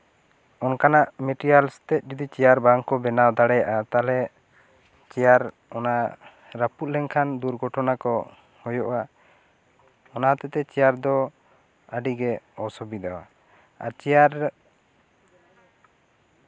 ᱚᱱᱠᱟᱱᱟᱜ ᱢᱮᱴᱮᱨᱤᱭᱟᱞᱥ ᱛᱮ ᱡᱩᱫᱤ ᱪᱮᱭᱟᱨ ᱵᱟᱝᱠᱚ ᱵᱮᱱᱟᱣ ᱫᱟᱲᱮᱭᱟᱜᱼᱟ ᱛᱟᱞᱦᱮ ᱪᱮᱭᱟᱨ ᱚᱱᱟ ᱨᱟᱯᱩᱫ ᱞᱮᱱᱠᱷᱟᱱ ᱫᱩᱨᱜᱷᱚᱴᱟᱱᱟ ᱠᱚ ᱦᱩᱭᱩᱜᱼᱟ ᱚᱱᱟ ᱦᱚᱛᱮᱡᱛᱮ ᱪᱮᱭᱟᱨ ᱫᱚ ᱟᱹᱰᱤ ᱜᱮ ᱚᱥᱩᱵᱤᱫᱟᱣᱟ ᱟᱨ ᱪᱮᱭᱟᱨ